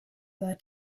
their